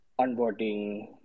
onboarding